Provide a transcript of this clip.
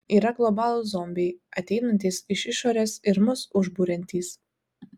yra globalūs zombiai ateinantys iš išorės ir mus užburiantys